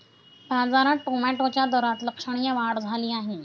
बाजारात टोमॅटोच्या दरात लक्षणीय वाढ झाली आहे